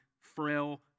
frail